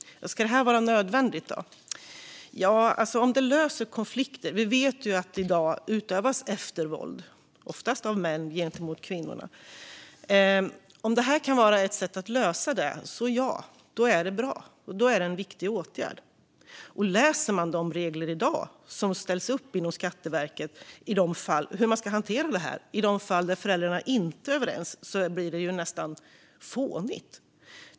Ska det här vara nödvändigt? Ja, om det löser konflikter. Vi vet att det i dag utövas eftervåld, oftast av män gentemot kvinnorna. Om detta kan vara ett sätt att lösa det är det bra. Då är det en viktig åtgärd. De regler som i dag ställs upp inom Skatteverket för hur man ska hantera detta i de fall då föräldrarna inte är överens låter nästan fåniga.